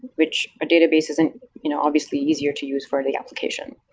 which a database isn't you know obviously easier to use for the application,